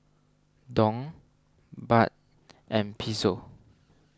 Dong Baht and Peso